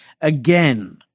again